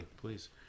Please